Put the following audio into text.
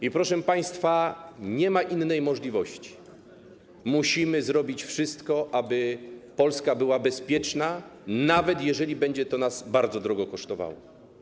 I, proszę państwa, nie ma innej możliwości, musimy zrobić wszystko, aby Polska była bezpieczna, nawet jeżeli będzie to nas bardzo drogo kosztowało.